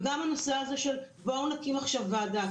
וגם הנושא של בואו נקים עכשיו ועדה.